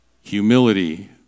Humility